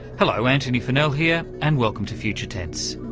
hello antony funnell here and welcome to future tense.